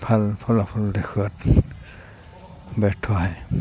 ভাল ফলাফল দেখুওৱাত ব্যৰ্থ হয়